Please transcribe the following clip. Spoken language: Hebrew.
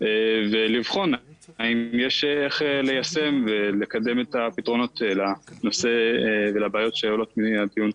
ולבחון איך ליישם ולקדם את הפתרונות לבעיות שעולות מהדיון.